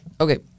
Okay